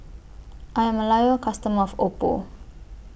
I'm A Loyal customer of Oppo